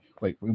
wait